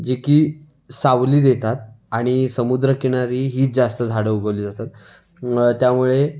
जे की सावली देतात आणि समुद्रकिनारी हीच जास्त झाडं उगवली जातात त्यामुळे